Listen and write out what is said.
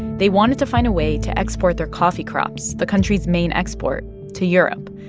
they wanted to find a way to export their coffee crops the country's main export to europe.